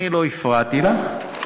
אני לא הפרעתי לך,